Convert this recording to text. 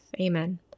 Amen